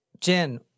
Jen